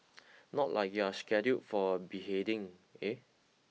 not like you're scheduled for a beheading eh